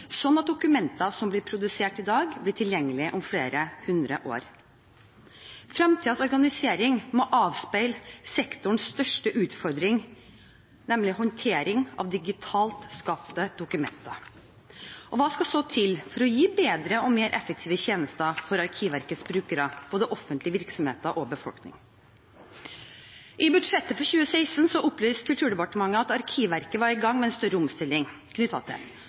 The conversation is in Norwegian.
at dokumenter som blir produsert i dag, blir tilgjengelig om flere hundre år? Fremtidens organisering må avspeile sektorens største utfordring, nemlig håndtering av digitalt skapte dokumenter. Hva skal så til for å gi bedre og mer effektive tjenester for Arkivverkets brukere, både offentlige virksomheter og befolkningen? I budsjettet for 2016 opplyste Kulturdepartementet at Arkivverket var i gang med en større omstilling knyttet til